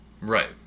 Right